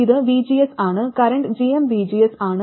ഇത് vgs ആണ് current gmvgs ആണ്